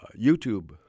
YouTube